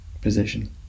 position